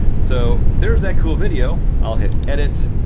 so, there's that cool video. i'll hit edit.